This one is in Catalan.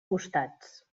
costats